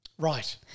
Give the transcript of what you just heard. Right